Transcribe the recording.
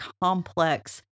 complex